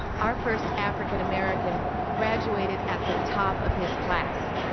our first african-american graduated at the top of his class.